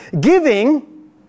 Giving